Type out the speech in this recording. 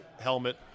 helmet